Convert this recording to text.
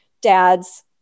dads